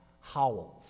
howls